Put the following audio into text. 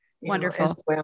Wonderful